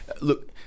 look